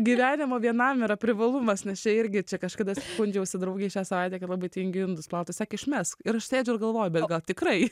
gyvenimo vienam yra privalumas nes čia irgi kažkada skundžiausi draugei šią savaitę kad labai tingiu indus plauti sakė išmesk ir aš sėdžiu ir galvoju gal tikrai